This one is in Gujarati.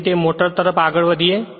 તેથી તે મોટર તરફ આગળ વધીએ